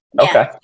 okay